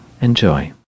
Enjoy